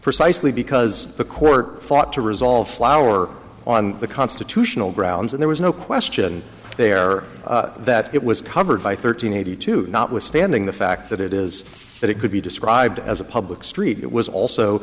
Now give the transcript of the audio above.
precisely because the court thought to resolve flour on the constitutional grounds that there was no question there that it was covered by thirteen eighty two notwithstanding the fact that it is that it could be described as a public